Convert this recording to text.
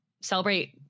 celebrate